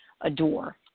adore